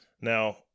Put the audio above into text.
Now